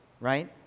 right